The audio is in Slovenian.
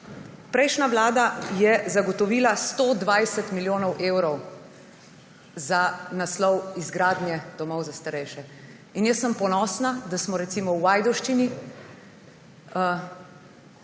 Prejšnja vlada je zagotovila 120 milijonov evrov za naslov izgradnje domov za starejše. Jaz sem ponosna, da smo recimo v Ajdovščini